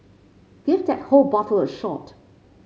give that whole bottle a shot